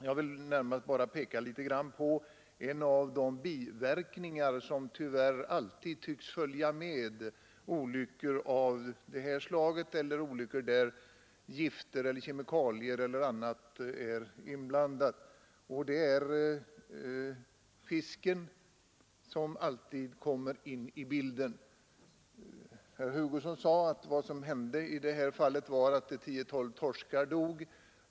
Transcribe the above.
Jag vill bara peka på en av de biverkningar som tyvärr alltid tycks följa med olyckor där gifter eller kemikalier är inblandade genom att fisken kommer in i bilden. Herr Hugosson sade att vad som hände i det här fallet var att 20—30 torskar dog.